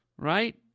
Right